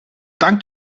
dank